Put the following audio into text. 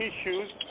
issues